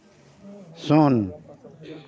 ᱥᱩᱱ